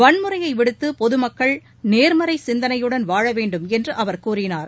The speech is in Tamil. வன்முறையை விடுத்து பொதுமக்கள் நேர்மறை சிந்தனையுடன் வாழ வேண்டும் என்று அவர் கூறினார்